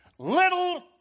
Little